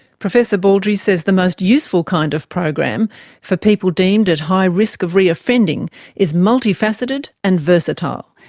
professor baldry says the most useful kind of program for people deemed at high risk of re-offending is multi-faceted and versatile.